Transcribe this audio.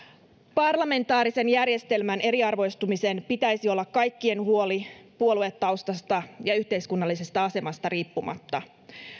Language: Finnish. parlamentaarisen järjestelmän eriarvoistumisen pitäisi olla kaikkien huoli puoluetaustasta ja yhteiskunnallisesta asemasta riippumatta